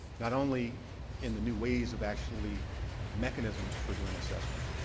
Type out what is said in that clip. not only in the new ways of actually mechanisms for doing assessment,